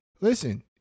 Listen